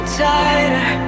tighter